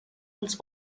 uns